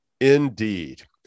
indeed